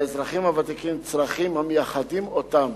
לאזרחים הוותיקים יש צרכים המייחדים אותם